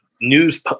news